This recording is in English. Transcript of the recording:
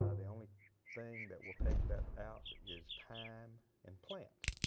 ah the only thing that will take that out is time and plants.